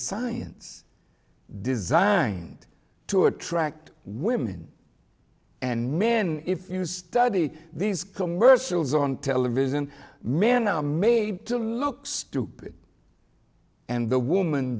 science designed to attract women and men if you study these commercials on television men are made to look stupid and the woman